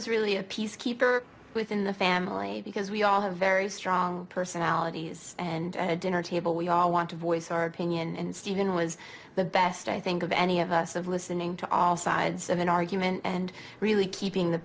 is really a peace keeper within the family because we all have very strong personalities and a dinner table we all want to voice our opinion and stephen was the best i think of any of us of listening to all sides of an argument and really keeping the